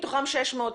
מתוכם 600,